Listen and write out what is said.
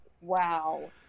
Wow